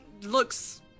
looks